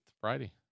Friday